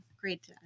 great